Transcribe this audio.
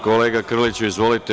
Kolega Krliću, izvolite.